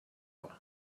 all